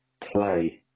play